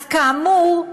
אז כאמור,